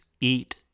eat